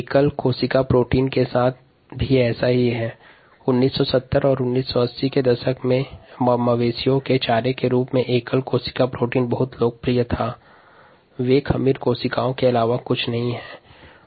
1970 से 80 के दशक के दौरान मवेशी चारे के रूप में एकल कोशिका प्रोटीन के रूप में यीस्ट और स्पिरुलिना कोशिकाएं बहुत लोकप्रिय थी